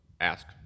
ask